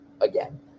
again